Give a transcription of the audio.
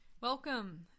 Welcome